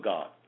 God